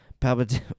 Palpatine